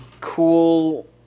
cool